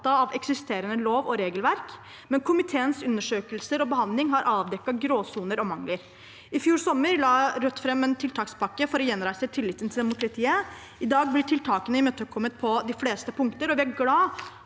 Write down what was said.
et eksisterende lov- og regelverk, men komiteens undersøkelser og behandling har avdekket gråsoner og mangler. I fjor sommer la Rødt fram en tiltakspakke for å gjenreise tilliten til demokratiet. I dag blir tiltakene imøtekommet på de fleste punkter. Vi er glade